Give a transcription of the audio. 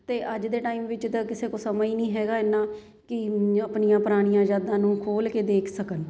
ਅਤੇ ਅੱਜ ਦੇ ਟਾਈਮ ਵਿੱਚ ਤਾਂ ਕਿਸੇ ਕੋਲ ਸਮਾਂ ਹੀ ਨਹੀਂ ਹੈਗਾ ਇੰਨਾਂ ਕਿ ਆਪਣੀਆਂ ਪੁਰਾਣੀਆਂ ਯਾਦਾਂ ਨੂੰ ਖੋਲ੍ਹ ਕੇ ਦੇਖ ਸਕਣ